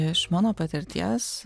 iš mano patirties